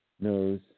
knows